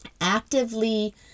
actively